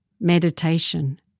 Meditation